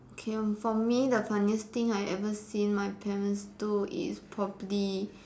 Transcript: okay for me the funniest thing I ever seen my parents do is probably